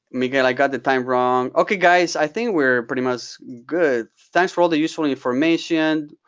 miguel, i've got the time wrong. okay, guys, i think we're pretty much good. thanks for all the useful information.